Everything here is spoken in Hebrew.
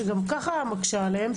שגם ככה מקשה עליהם,